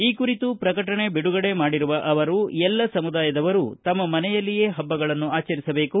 ಈ ಕುರಿತು ಪ್ರಕಟಣೆ ಬಿಡುಗಡೆ ಮಾಡಿರುವ ಅವರು ಎಲ್ಲ ಸಮುದಾಯದವರು ತಮ್ಮ ಮನೆಯಲ್ಲಿಯೇ ಹಬ್ಬಗಳನ್ನು ಆಚರಿಸಬೇಕು